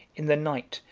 in the night,